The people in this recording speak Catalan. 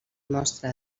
mostra